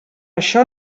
això